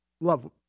love